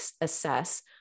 assess